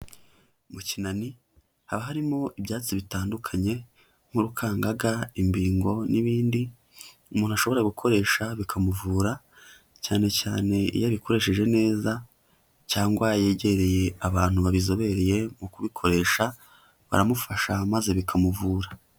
Mu kinani haba harimo ibyatsi bitandukanye, nk'urukangaga, imbingo, n'ibindi umuntu ashobora gukoresha bikamuvura cyane cyane iyo abikoresheje neza, cyangwa yegereye abantu babizobereye mu kubikoresha, baramufasha maze bikamuvura.